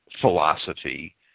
philosophy